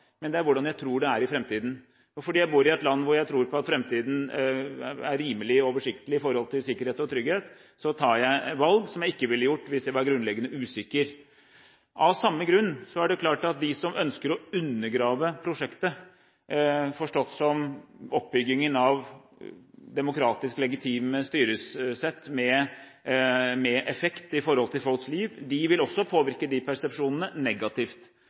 men det er hvordan jeg tror det er i fremtiden. Fordi jeg bor i et land hvor jeg tror på at fremtiden er rimelig oversiktlig med hensyn til sikkerhet og trygghet, tar jeg valg som jeg ikke ville gjort hvis jeg var grunnleggende usikker. Av samme grunn er det klart at de som ønsker å undergrave prosjektet, forstått som oppbyggingen av demokratisk legitime styresett med effekt i forhold til folks liv, vil også påvirke de persepsjonene negativt.